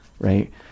right